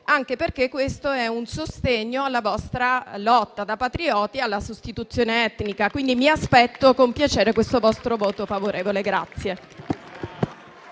anche perché questo è un sostegno alla vostra lotta, da patrioti, alla sostituzione etnica. Quindi, mi aspetto con piacere il vostro voto favorevole.